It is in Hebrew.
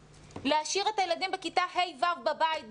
להשאיר את הילדים בכיתה ה' ו' בבית,